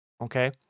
Okay